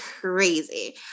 crazy